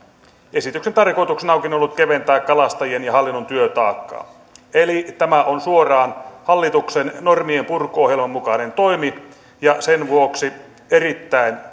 esityksen tarkoituksena onkin ollut keventää kalastajien ja hallinnon työtaakkaa eli tämä on suoraan hallituksen normienpurkuohjelman mukainen toimi ja sen vuoksi erittäin